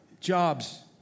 Jobs